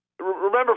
Remember